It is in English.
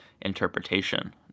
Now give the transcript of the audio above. interpretation